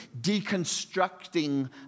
deconstructing